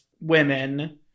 women